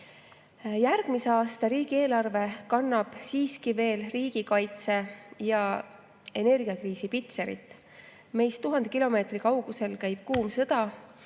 aasta riigieelarve kannab siiski veel riigikaitse ja energiakriisi pitserit. Meist 1000 kilomeetri kaugusel käib kuum sõda.